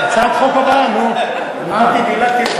0. הוצע להעביר אותה לוועדת העבודה, ורווחה.